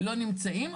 לא נמצאים.